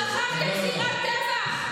תשמעי אותם.